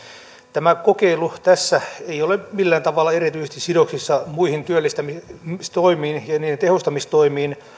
tämä kokeilu tässä ei ole millään tavalla erityisesti sidoksissa muihin työllistämistoimiin ja ja niiden tehostamistoimiin